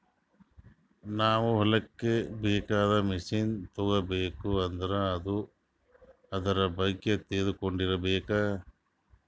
ನಾವ್ ಹೊಲಕ್ಕ್ ಬೇಕಾಗಿದ್ದ್ ಮಷಿನ್ ತಗೋಬೇಕ್ ಅಂದ್ರ ಆದ್ರ ಬಗ್ಗೆ ತಿಳ್ಕೊಂಡಿರ್ಬೇಕ್